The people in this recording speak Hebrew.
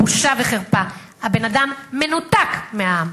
בושה וחרפה, הבן-אדם מנותק מהעם.